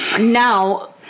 Now